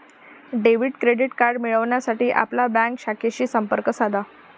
debit credit card मिळविण्यासाठी आपल्या bank शाखेशी संपर्क साधा